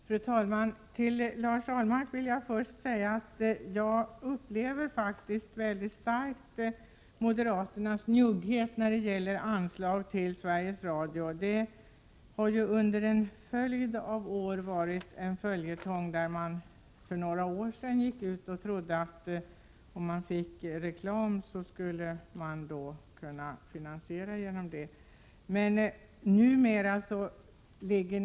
Fru talman! Till Lars Ahlmark vill jag först säga: Jag upplever mycket starkt moderaternas njugghet i fråga om anslag till Sveriges Radio. Den njuggheten har varit en följetong under flera år. För några år sedan gick man ut och sade att man trodde att om det blev reklam så skulle man kunna finansiera Sveriges Radio genom det.